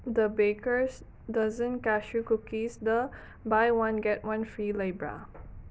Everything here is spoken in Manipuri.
ꯗ ꯕꯦꯀꯔꯁ ꯗꯖꯟ ꯀꯦꯁ꯭ꯌꯨ ꯀꯨꯀꯤꯁꯗ buy one get one free ꯂꯩꯕ꯭ꯔꯥ